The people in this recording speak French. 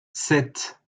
sept